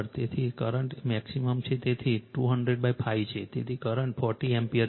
તેથી current maximum છે તેથી 2005 છે તેથી કરંટ 40 એમ્પીયર છે